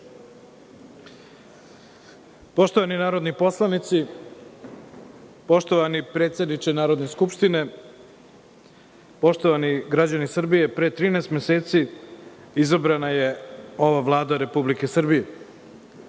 Poštovani narodni poslanici, poštovani predsedniče Narodne skupštine, poštovani građani Srbije, pre 13 meseci izabrana je ova Vlada Republike Srbije.